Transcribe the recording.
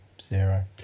Zero